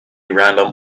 random